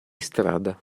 strada